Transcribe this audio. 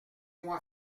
moi